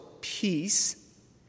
peace